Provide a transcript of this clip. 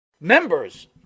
Members